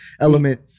element